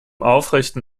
aufrechten